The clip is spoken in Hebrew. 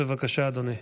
בבקשה, אדוני.